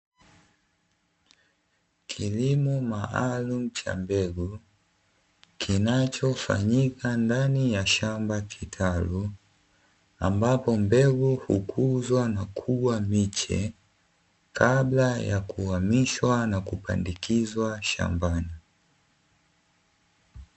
Kilimo maalum cha mbegu, kinachofanyika ndani ya shamba kitalu. Ambapo mbegu hukuzwa na kuwa miche kabla ya kuhamishwa na kupandikizwa shambani.